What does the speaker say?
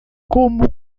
como